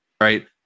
right